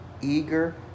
Eager